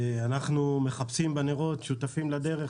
אנחנו מחפשים בנרות שותפים לדרך